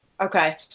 Okay